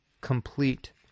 complete